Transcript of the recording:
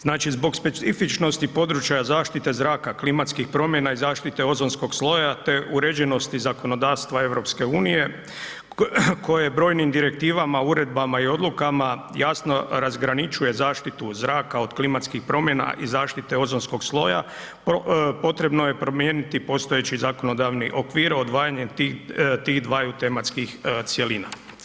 Znači, zbog specifičnosti područja zaštite zraka, klimatskih promjena i zaštite ozonskog sloja, te uređenosti zakonodavstva EU koje brojnim direktivama, uredbama i odlukama jasno razgraničuje zaštitu zraka od klimatskih promjena i zaštite ozonskog sloja, potrebno je promijeniti postojeći zakonodavni okvir odvajanjem tih dvaju tematskih cjelina.